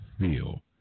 feel